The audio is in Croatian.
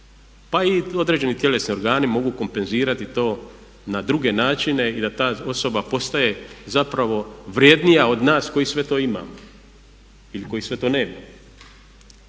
pa i određeni tjelesni organi mogu kompenzirati to na druge načine i da ta osoba postaje zapravo vrjednija od nas koji sve to imamo ili koji sve to nemamo.